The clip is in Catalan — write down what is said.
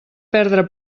perdre